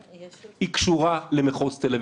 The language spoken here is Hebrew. היא קשורה למחוז תל אביב.